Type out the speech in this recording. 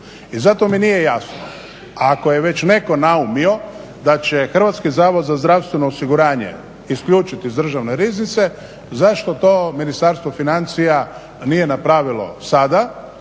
I zato mi nije jasno ako je već netko naumio da će HZZO isključiti iz državne riznice zašto to Ministarstvo financija nije napravilo sada,